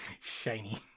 Shiny